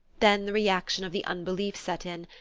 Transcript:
then the reaction of the unbelief set in,